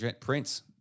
Prince